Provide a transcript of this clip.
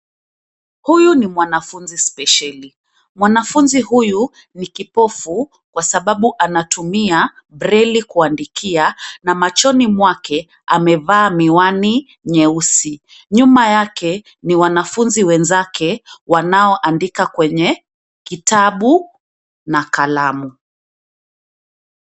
Huyu ni mwanafunzi spesheli, mwanafunzi huyu ni kipofu kwa sababu anatumia breli kuandikia na machoni mwake amevaa miwani nyeusi. Nyuma yake ni wanafunzi wenzake wanao andika kwenye kitabu na kalamu,